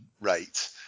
rate